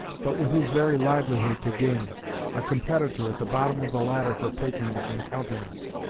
but with his very livelihood to gain a competitor at the bottom of the ladder for patronage and countenance.